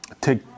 take